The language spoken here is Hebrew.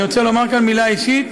אני רוצה לומר כאן מילה אישית.